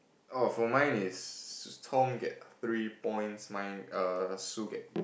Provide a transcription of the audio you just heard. oh for mine is Tom get three points mine err Sue get